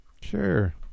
Sure